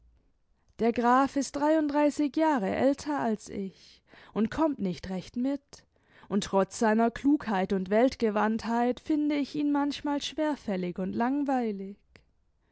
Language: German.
der graf ist dreiunddreißig jahre älter als ich und kommt nicht recht mit und trotz seiner klugheit und weltgewandtheit finde ich ihn manchmal schwerfällig und langweilig